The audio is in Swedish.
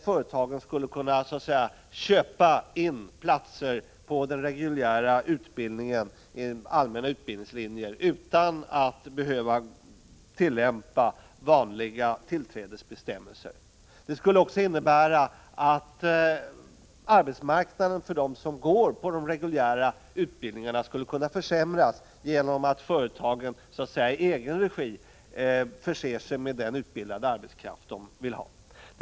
Företagen kunde då så att säga köpa in platser på den reguljära utbildningen genom allmänna utbildningslinjer utan att behöva tillämpa vanliga tillträdesbestämmelser. Det skulle också kunna innebära att arbetsmarknaden för dem som går på de reguljära utbildningarna försämrades genom att företagen i egen regi förser sig med den utbildade arbetskraft de vill ha.